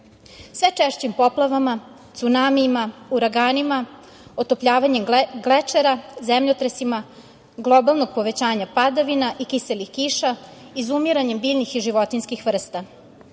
sve češćim poplavama, cunamijima, uraganima, otopljavanjem klečera, zemljotresima, globalnog povećanja padavina i kiselih kiša, izumiranjem biljnih i životinjskih vrsta.